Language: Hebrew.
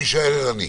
אני אשאר ערני.